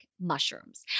Mushrooms